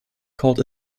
called